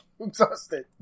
exhausted